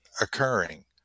occurring